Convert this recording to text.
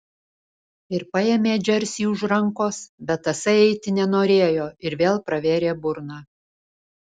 ir paėmė džersį už rankos bet tasai eiti nenorėjo ir vėl pravėrė burną